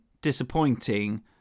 disappointing